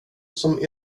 som